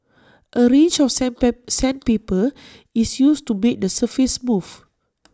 A range of sandpit sandpaper is used to make the surface smooth